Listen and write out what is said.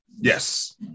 Yes